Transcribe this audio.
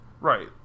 Right